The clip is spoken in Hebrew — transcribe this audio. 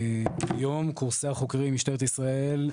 היום קורסי החוקרים במשטרת ישראל,